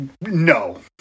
no